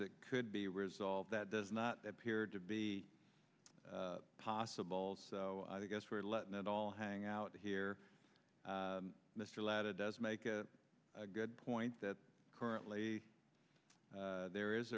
that could be resolved that does not appear to be possible so i guess we're letting it all hang out here mr latta does make a good point that currently there is